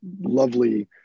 lovely